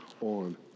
on